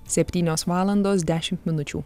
septynios valandos dešimt minučių